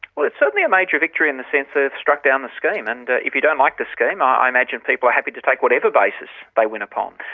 well, it's certainly a major victory in the sense that it's struck down the scheme, and if you don't like the scheme, ah i imagine people are happy to take whatever basis they win upon.